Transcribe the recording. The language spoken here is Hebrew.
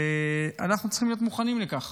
ואנחנו צריכים להיות מוכנים לכך.